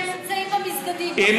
במסגדים, נכון?